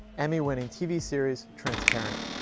emmy-winning tv series transparent.